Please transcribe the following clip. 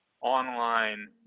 online